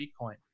Bitcoin